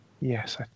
yes